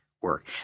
work